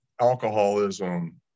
alcoholism